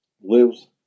lives